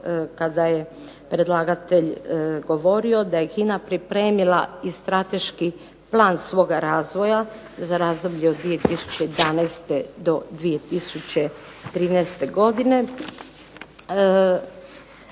kada je predlagatelj govorio da je HINA pripremila i strateški plan svoga razvoja za razdoblje od 2011. do 2013. godine